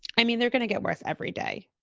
i mean, they're gonna get worse every day.